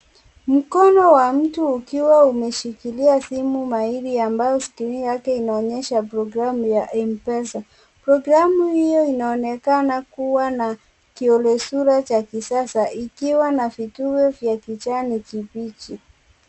Mkono wa mtu ukiwa umeshikilia simu mairi ambayo screen yake inaonyesha progiramu ya Mpesa, progiramu hiyo inaonekana kuwa na kiole sure cha kisasa kikiwa na vituwe vya kijani kibichi.